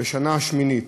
זאת השנה השמינית